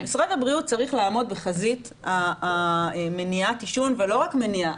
משרד הבריאות צריך לעמוד בחזית מניעת עישון ולא רק מניעה,